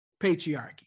patriarchy